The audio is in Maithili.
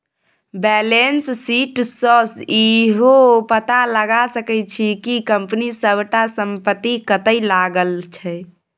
बैलेंस शीट सँ इहो पता लगा सकै छी कि कंपनी सबटा संपत्ति कतय लागल छै